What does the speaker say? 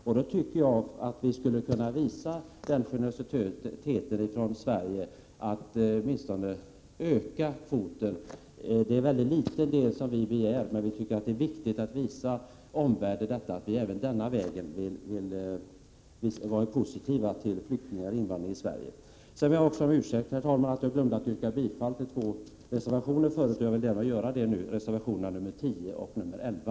Jag tycker att vi från svensk sida skall visa den generositeten att vi ökar kvoten med det lilla vi i folkpartiet begär. Det är emellertid viktigt att vi i Sverige även på detta sätt visar omvärlden att vi är positiva till flyktingar och invandrare. Herr talman! Jag ber om ursäkt för att jag i mitt tidigare anförande glömde att yrka bifall till två reservationer. Jag vill göra det nu i stället och yrkar alltså bifall till reservationerna 10 och 11.